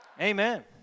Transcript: Amen